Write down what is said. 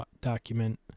document